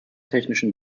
technischen